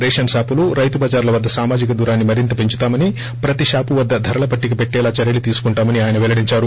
ration షాపులు రైతు బజార్ల వద్ద సామాజిక దూరాన్ని మరింత పెంచుతామని ప్రతి షాపు వద్ద ధరల పట్లిక పెట్లీలా చర్యలు తీసుకుంటామని ఆయన పెల్లడించారు